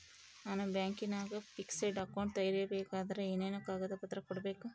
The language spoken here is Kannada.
ನಾನು ಬ್ಯಾಂಕಿನಾಗ ಫಿಕ್ಸೆಡ್ ಅಕೌಂಟ್ ತೆರಿಬೇಕಾದರೆ ಏನೇನು ಕಾಗದ ಪತ್ರ ಕೊಡ್ಬೇಕು?